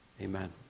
Amen